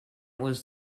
was